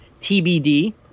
TBD